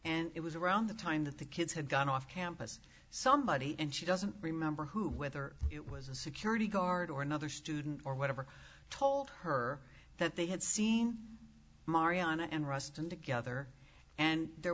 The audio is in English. and it was around the time that the kids had gone off campus somebody and she doesn't remember who whether it was a security guard or another student or whatever told her that they had seen marianna and ruston together and there